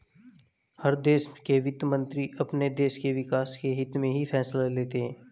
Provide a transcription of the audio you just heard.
हर देश के वित्त मंत्री अपने देश के विकास के हित्त में ही फैसले लेते हैं